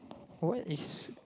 what is